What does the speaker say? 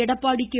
Edappadi K